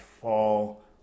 fall